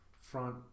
front